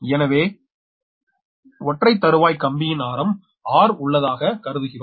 எனவே ஒற்றை தறுவாய் கம்பி ஆரம் r உள்ளதாக கருதுகிறோம்